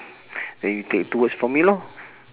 then you take two words for me lor